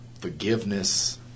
Forgiveness